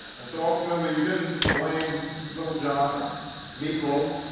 and so ultimately you didn't blame lil' jon or meatloaf.